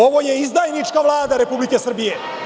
Ovo je izdajnička Vlada Republike Srbije.